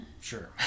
Sure